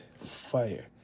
fire